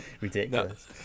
ridiculous